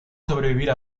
sobrevivir